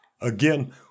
again